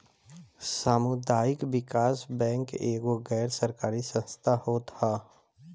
सामुदायिक विकास बैंक एगो गैर सरकारी संस्था होत हअ